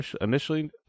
initially